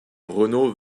renaud